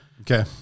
Okay